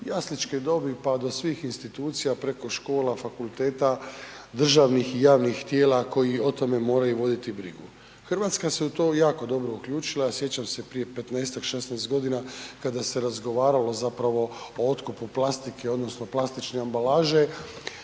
jasličke dobi pa do svih institucija, preko škola, fakulteta, državnih i javnih tijela koji o tome moraju voditi brigu. Hrvatska se u to jako dobro uključila, sjećam se prije 15-16 godina kada se razgovaralo zapravo o otkupu plastike odnosno plastične ambalaže,